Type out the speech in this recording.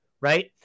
Right